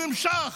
הוא נמשך.